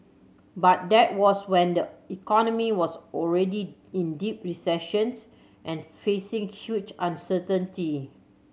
but that was when the economy was already in deep recessions and facing huge uncertainty